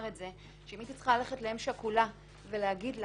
אם הייתי צריכה ללכת לאם שכולה ולהגיד לה,